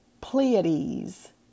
Pleiades